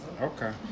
Okay